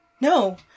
No